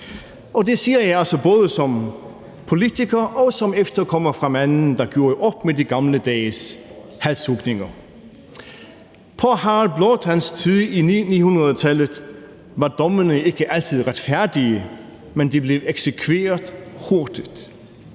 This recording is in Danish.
det siger jeg altså både som politiker og som efterkommer af manden, der gjorde op med de gamle dages halshugninger. På Harald Blåtands tid i 900-tallet var dommene ikke altid retfærdige, men de blev eksekveret hurtigt.